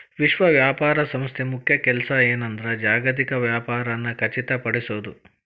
ವಿಶ್ವ ವ್ಯಾಪಾರ ಸಂಸ್ಥೆ ಮುಖ್ಯ ಕೆಲ್ಸ ಏನಂದ್ರ ಜಾಗತಿಕ ವ್ಯಾಪಾರನ ಖಚಿತಪಡಿಸೋದ್